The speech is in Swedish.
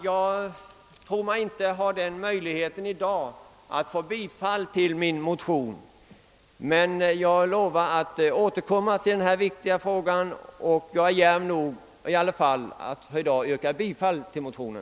Jag förstår att det i dag knappast finns någon utsikt att min motion skall vinna kammarens bifall, men jag lovar att återkomma. Jag är dock djärv nog att yrka bifall till motionen.